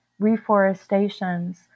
reforestations